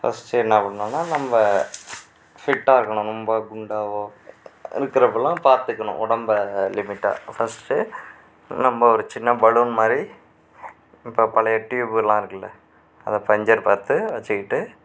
first என்ன பண்ணணும்னா நம்ம ஃபிட்டாக இருக்கணும் ரொம்ப குண்டாகவோ இருக்கிறப்பலாம் பாத்துக்கணும் உடம்பை லிமிட்டாக ஃபஸ்ட்டு நம்ம ஒரு சின்ன பலூன் மாதிரி இப்போ பழைய டியூப்லாம் இருக்குல்ல அதை பஞ்சர் பார்த்து வச்சுகிட்டு